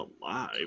alive